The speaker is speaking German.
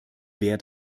wer